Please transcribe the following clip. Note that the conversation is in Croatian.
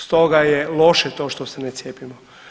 Stoga je loše to što se ne cijepimo.